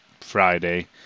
Friday